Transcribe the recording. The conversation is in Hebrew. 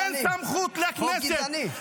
חוק גזעני.